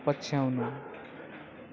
पछ्याउनु